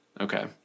Okay